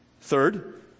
Third